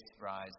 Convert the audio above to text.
rise